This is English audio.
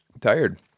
tired